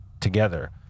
together